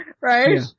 right